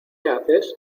haces